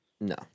No